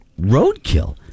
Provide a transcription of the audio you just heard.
roadkill